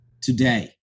today